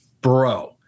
bro